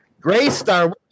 Graystar